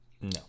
No